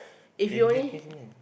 if you only